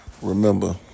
Remember